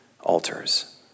Altars